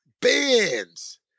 bands